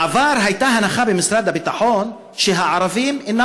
בעבר הייתה הנחה במשרד הביטחון שהערבים אינם